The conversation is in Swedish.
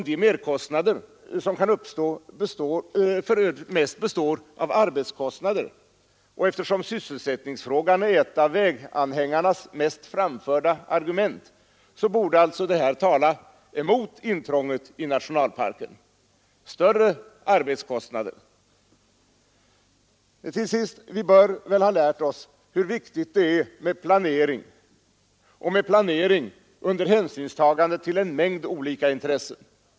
De merkostnader som kan uppstå består för övrigt mest av arbetskostnader, och eftersom sysselsättningsfrågan är ett av väganhängarnas oftast framförda argument borde det här tala emot intrånget i nationalparken: det blir ju större arbetskostnader! Till sist: Vi bör väl ha lärt oss hur viktigt det är med planering — planering under hänsynstagande till en mängd olika intressen.